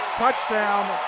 touchdown